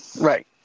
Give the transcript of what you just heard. Right